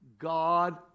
God